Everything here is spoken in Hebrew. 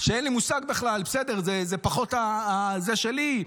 שאין לי מושג בכלל, בסדר, זה פחות הזה שלי.